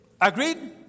Agreed